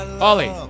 Ollie